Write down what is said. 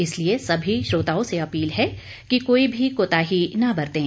इसलिए सभी श्रोताओं से अपील है कि कोई भी कोताही न बरतें